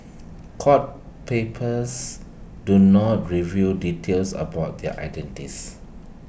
court papers do not reveal details about their